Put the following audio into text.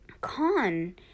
con